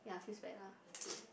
yeah feels bad lah